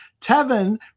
Tevin